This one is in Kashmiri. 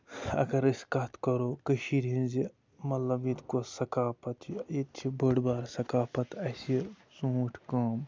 اَگر أسۍ کَتھ کَرو کٔشیٖرۍ ہِنٛزِ مطلب ییٚتہِ کۄس سقافَت چھِ ییٚتہِ چھِ بٔڑ بار سقافَت اَسہِ ژوٗنٛٹھۍ کٲم